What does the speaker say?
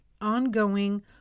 ongoing